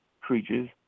creatures